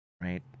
right